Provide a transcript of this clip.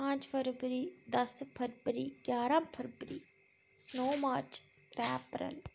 पांच फरवरी दस फरवरी ग्यारह फरवरी नौ मार्च त्रै अप्रैल